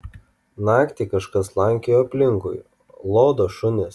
naktį kažkas slankioja aplinkui lodo šunis